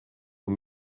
aux